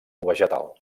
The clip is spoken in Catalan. vegetal